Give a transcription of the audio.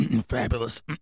Fabulous